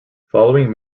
following